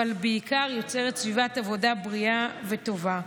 אבל בעיקר יוצרות סביבת עבודה בריאה וטובה.